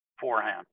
Forehand